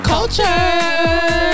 Culture